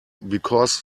because